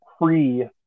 free